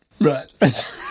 right